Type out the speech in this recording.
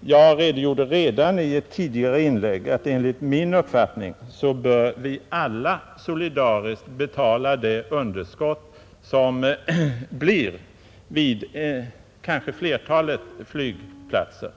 Jag redogjorde redan i ett tidigare inlägg för min uppfattning att alla solidariskt bör betala det underskott som kommer att uppstå kanske vid flertalet flygplatser.